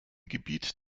gebiet